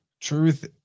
truth